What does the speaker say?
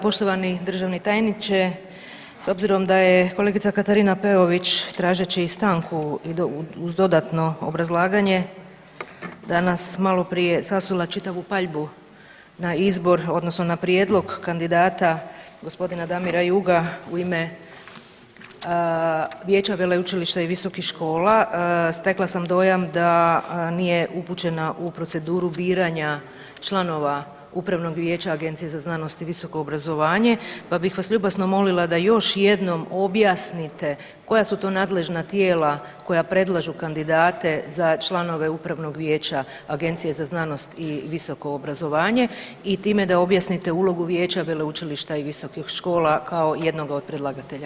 Poštovani državni tajniče s obzirom da je kolegica Katarina Peović tražeći stanku uz dodatno obrazlaganje danas maloprije sasula čitavu paljbu na izbor odnosno na prijedlog kandidata gospodina Damira Juga u ime vijeća veleučilišta i visokih škola, stekla sam dojam da nije upućena u proceduru biranja članova Upravnog vijeća Agencije za znanost i visoko obrazovanje, pa bih vas ljubazno molila da još jednom objasnite koja su to nadležna tijela koja predlažu kandidate za članove Upravnog vijeća Agencije za znanost i visoko obrazovanje i time da objasnite ulogu vijeća veleučilišta i visokih škola kao jednoga od predlagatelja.